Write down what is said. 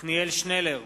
עתניאל שנלר,